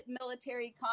military